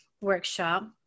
workshop